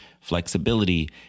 flexibility